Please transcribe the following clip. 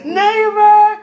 neighbor